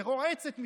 זו רועצת משפטית.